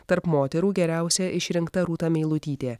tarp moterų geriausia išrinkta rūta meilutytė